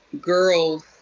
girls